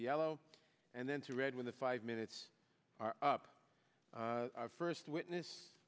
yellow and then to red when the five minutes are up our first witness